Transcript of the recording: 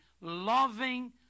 loving